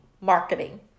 marketing